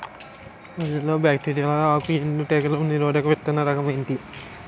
వరి లో బ్యాక్టీరియల్ ఆకు ఎండు తెగులు నిరోధక విత్తన రకం ఏంటి?